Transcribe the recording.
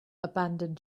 abandoned